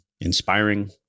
inspiring